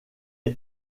est